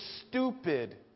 stupid